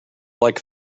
like